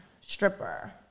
stripper